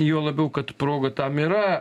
juo labiau kad progų tam yra